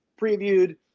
previewed